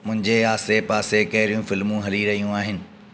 मुंहिंजे आसे पासे कहिड़ियूं फ़िल्मूं हली रहियूं आहिनि